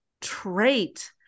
trait